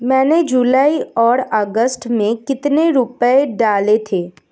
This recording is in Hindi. मैंने जुलाई और अगस्त में कितने रुपये डाले थे?